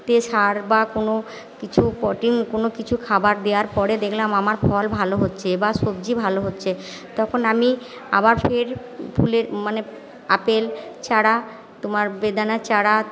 তে সার বা কোনো কিছু প্রোটিন কোনো কিছু খাবার দেওয়ার পরে দেখলাম আমার ফল ভালো হচ্ছে বা সবজি ভালো হচ্ছে তখন আমি আবার ফের ফুলের মানে আপেল চারা তোমার বেদানার চারা